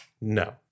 no